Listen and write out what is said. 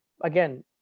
Again